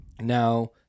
now